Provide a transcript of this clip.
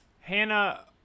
Hannah